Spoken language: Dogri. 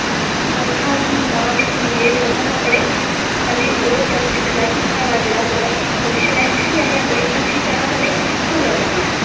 बरखा गी ना दिक्खियै मतलव अपने खाल्ली ओह्दे पर दिक्खना कि साढ़ा जेह्ड़ा फंक्शन ऐ इसी असैं अच्छी तरां कन्नै पूरा करना ऐ